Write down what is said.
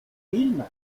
vilma